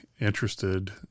interested